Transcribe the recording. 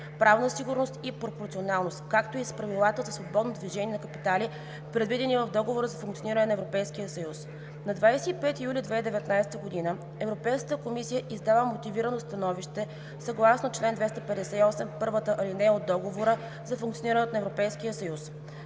правна сигурност и пропорционалност, както и с правилата за свободно движение на капитали, предвидени в Договора за функциониране на Европейския съюз. На 25 юли 2019 г. Европейската комисия издава мотивирано становище: „Съгласно член 258, първата алинея от Договора за функционирането на